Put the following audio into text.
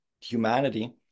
humanity